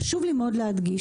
חשוב לי מאוד להדגיש,